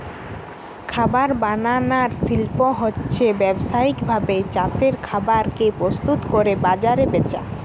খাবার বানানার শিল্প হচ্ছে ব্যাবসায়িক ভাবে চাষের খাবার কে প্রস্তুত কোরে বাজারে বেচা